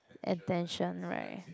attention right